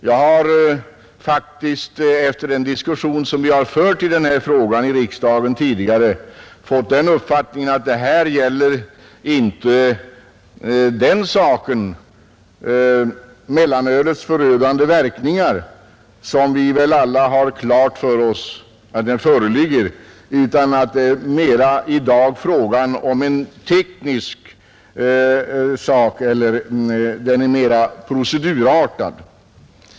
Jag har också efter den diskussion som vi fört i denna fråga i riksdagen tidigare fått den uppfattningen att det inte här främst gäller mellanölets förödande verkningar utan mera en teknisk eller procedurartad fråga.